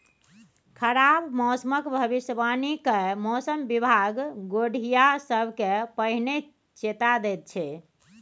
खराब मौसमक भबिसबाणी कए मौसम बिभाग गोढ़िया सबकेँ पहिने चेता दैत छै